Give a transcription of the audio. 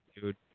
dude